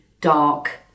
dark